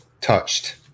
Touched